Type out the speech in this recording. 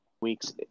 weeks